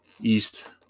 east